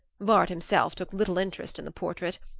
vard himself took little interest in the portrait,